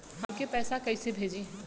हमके पैसा कइसे भेजी?